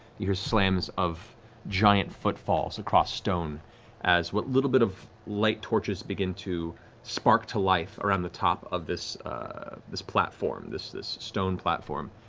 you hear slams of giant footfalls across stone as what little bit of light torches begin to spark to life around the top of this this platform, this this stone platform.